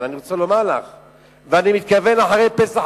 בניגוד למערכת ערכים שמקובלת בציבור.